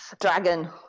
Dragon